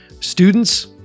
students